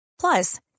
Plus